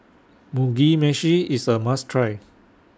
Mugi Meshi IS A must Try